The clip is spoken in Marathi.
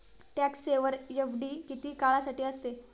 टॅक्स सेव्हर एफ.डी किती काळासाठी असते?